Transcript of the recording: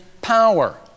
power